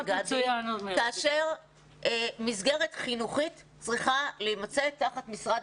כאשר מסגרת חינוכית צריכה להמצא תחת משרד